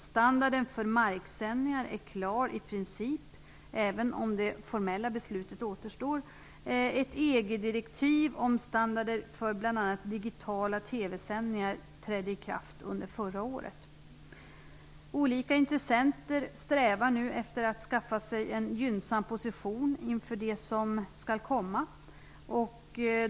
Standarden för marksändningar är klar i princip, även om det formella beslutet återstår. Ett EG-direktiv om standarder för bl.a. digitala Olika intressenter strävar nu efter att skaffa sig en gynnsam position inför det som skall komma.